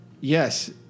Yes